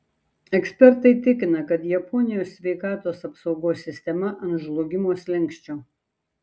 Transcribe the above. ekspertai tikina kad japonijos sveikatos apsaugos sistema ant žlugimo slenksčio